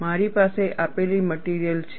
મારી પાસે આપેલી મટિરિયલ છે